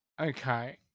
Okay